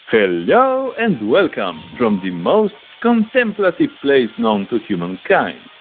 hello and welcome from the most contemplative place known to human kind.